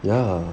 ya